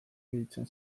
deitzen